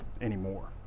anymore